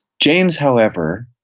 james, however,